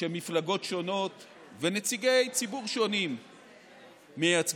שמפלגות שונות ונציגי ציבור שונים מייצגים